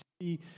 see